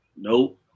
Nope